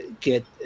get